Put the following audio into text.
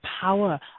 power